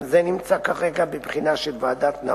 גם זה נמצא כרגע בבחינה של ועדת-נאור.